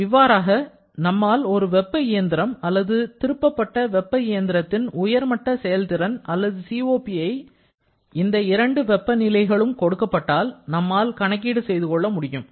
இவ்வாறாக நம்மால் ஒரு வெப்ப இயந்திரம் அல்லது விருப்பப்பட்ட வெப்ப இயந்திரத்தின் உயர்மட்ட செயல்திறன் அல்லது COP ஐ இந்த இரு வெப்ப நிலைகளும் கொடுக்கப்பட்டால் நம்மால் கணக்கீடு செய்து கொள்ள முடியும்